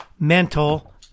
mental